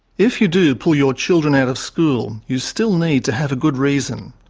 if you do pull your children out of school, you still need to have a good reason.